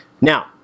Now